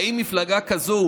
האם מפלגה כזו,